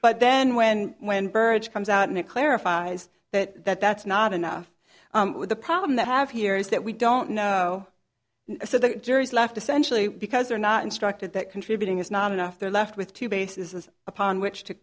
but then when when burrage comes out and it clarifies that that's not enough the problem that have here is that we don't know so the jury's left essentially because they're not instructed that contributing is not enough they're left with two basis upon which to